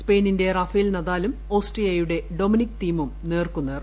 സ്പെയിനിന്റെ റാഫേൽ നദാലും ഓസ്ട്രിയയുടെ ഡൊമിനിക് തീമും നേർക്കുനേർ